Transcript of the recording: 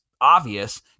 obvious